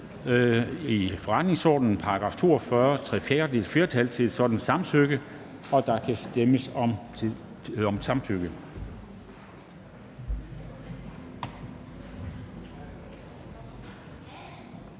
forretningsordenens § 42, 3/4 flertal til et sådant samtykke. Der kan stemmes om samtykke.